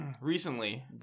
recently